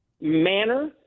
manner